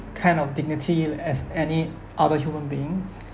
kind of dignity as any other human being